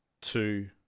two